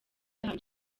yahawe